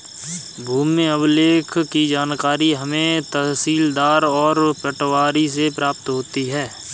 भूमि अभिलेख की जानकारी हमें तहसीलदार और पटवारी से प्राप्त होती है